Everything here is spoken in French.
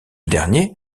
dernier